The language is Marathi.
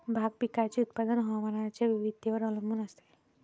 भाग पिकाचे उत्पादन हवामानाच्या विविधतेवर अवलंबून असते